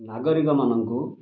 ନାଗରିକମାନଙ୍କୁ